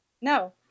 No